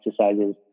exercises